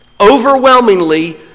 Overwhelmingly